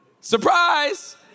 surprise